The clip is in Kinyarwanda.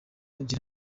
gerard